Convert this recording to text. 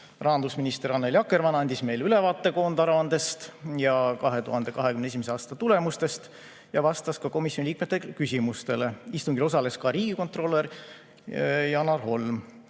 Rahandusminister Annely Akkermann andis meile ülevaate koondaruandest ja 2021. aasta tulemustest ning vastas ka komisjoni liikmete küsimustele. Istungil osales ka riigikontrolör Janar Holm,